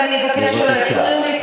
ואני אבקש שלא יפריעו לי.